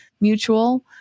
mutual